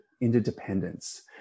interdependence